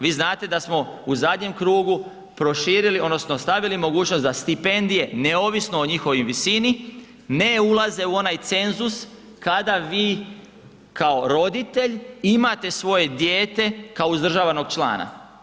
Vi znate da smo u zadnjem krugu proširili odnosno stavili mogućnost da stipendije neovisno o njihovoj visini ne ulaze u onaj cenzus kada vi kao roditelj imate svoje dijete kao uzdržavanog člana.